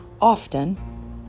often